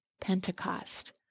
Pentecost